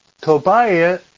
Tobiah